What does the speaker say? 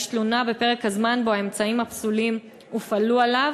תלונה בפרק הזמן שבו האמצעים הפסולים הופעלו עליו.